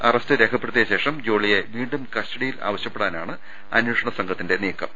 arrest രേഖപ്പെടുത്തിയ ശേഷം ജോളിയെ വീണ്ടും കസ്റ്റഡിയിൽ ആവശൃപ്പെടാനാണ് അന്വേ ഷണ സംഘത്തിന്റെ ശ്രമം